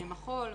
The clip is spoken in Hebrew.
מחול,